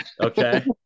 Okay